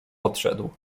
odszedł